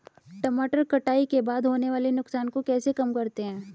टमाटर कटाई के बाद होने वाले नुकसान को कैसे कम करते हैं?